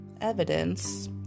evidence